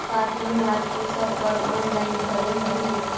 का तुहूँ आजकल सब फॉर्म ऑनेलाइन भरऽ हही?